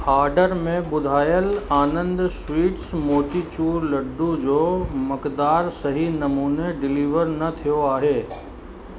order में ॿुधायल Anand sweets motichoor laddu जो मक़दारु सही नमूने डिलीवर न थियो आहे